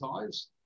ties